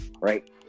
right